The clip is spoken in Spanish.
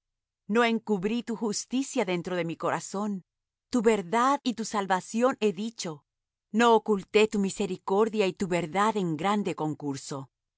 no encubrí tu justicia dentro de mi corazón tu verdad y tu salvación he dicho no oculté tu misericordia y tu verdad en grande concurso tú